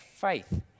faith